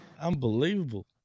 unbelievable